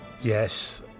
Yes